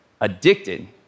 addicted